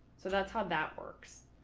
so that's how that works.